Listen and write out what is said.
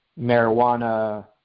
marijuana